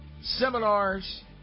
seminars